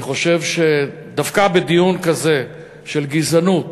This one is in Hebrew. אני חושב שדווקא בדיון כזה של גזענות,